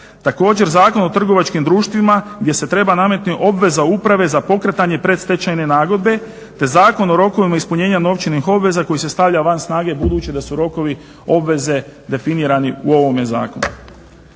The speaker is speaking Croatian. Također, Zakon o trgovačkim društvima gdje se treba nametnuti obveza uprave za pokretanje predstečajne nagodbe, te Zakon o rokovima ispunjenja novčanih obveza koji se stavlja van snage, budući da su rokovi obveze definirani u ovome zakonu.